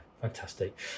fantastic